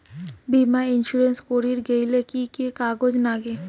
বীমা ইন্সুরেন্স করির গেইলে কি কি কাগজ নাগে?